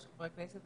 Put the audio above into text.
חברי הכנסת,